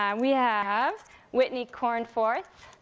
um we yeah have whitney cornforth,